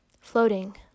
floating